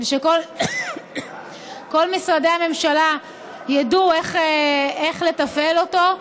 ושכל משרדי הממשלה ידעו איך לתפעל אותו,